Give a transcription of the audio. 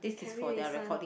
can we listen